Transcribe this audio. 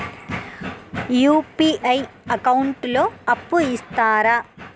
UPI account లో అప్పు ఇస్తరా?